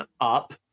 up